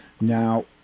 Now